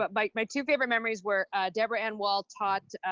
but like my two favorite memories were deborah ann woll taught